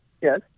Yes